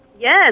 Yes